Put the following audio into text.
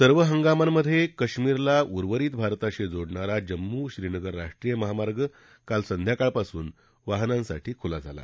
सर्व हंगामामधे कश्मीरला उर्वरित भारताशी जोडणारा जम्मू श्रीनगर राष्ट्रीय महामार्ग काल संध्याकाळपासून वाहनांसाठी खुला झाला